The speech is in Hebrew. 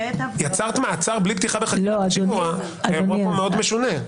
יצרת מעצר בלי פתיחה בחקירה או שימוע זה אירוע מאוד משונה.